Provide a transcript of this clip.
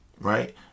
right